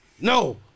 No